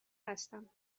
هستم